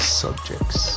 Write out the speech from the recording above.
subjects